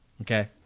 Okay